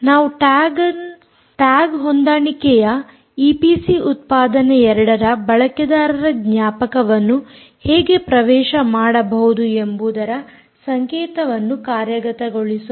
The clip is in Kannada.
ನಾವು ಟ್ಯಾಗ್ ಹೊಂದಾಣಿಕೆಯ ಈಪಿಸಿ ಉತ್ಪಾದನೆ 2 ರ ಬಳಕೆದಾರರ ಜ್ಞಾಪಕವನ್ನು ಹೇಗೆ ಪ್ರವೇಶ ಮಾಡಬಹುದು ಎಂಬುದರ ಸಂಕೇತವನ್ನು ಕಾರ್ಯಗತಗೊಳಿಸೋಣ